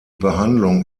behandlung